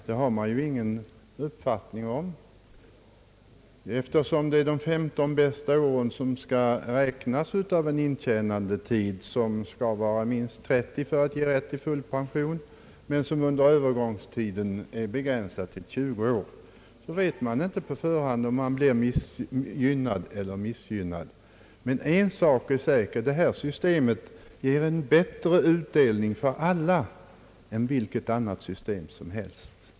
Det har man ingen uppfattning om, eftersom det är de 15 bästa åren som skall räknas av en intjänandetid på minst 30 år för att ge full pension. Visserligen är intjänandetiden övergångsvis begränsad till 20 år, men ändå vet man inte på förhand om man blir gynnad eller missgynnad. En sak är dock säker. Detta system ger bättre utdelning för alla än vilket annat system som helst.